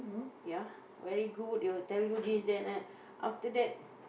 ya very good they will tell you this that that after that